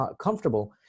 comfortable